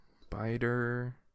Spider